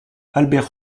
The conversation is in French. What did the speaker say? albert